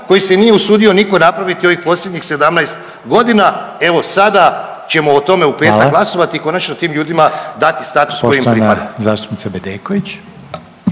koji se nije usudio niko napraviti u ovih posljednjih 17 godina, evo sada ćemo o tome u petak …/Upadica Reiner: Hvala./… i konačno tim ljudima dati status koji im pripada.